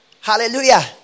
hallelujah